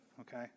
Okay